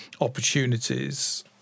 opportunities